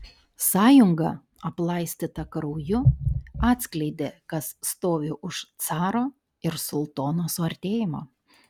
sąjunga aplaistyta krauju atskleidė kas stovi už caro ir sultono suartėjimo